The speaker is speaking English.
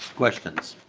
questions?